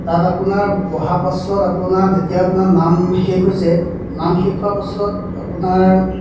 তাত আপোনাৰ বহা পাছত আপোনাৰ যেতিয়া আপোনাৰ নাম শেষ হৈছে নাম শেষ হোৱা পাছত আপোনাৰ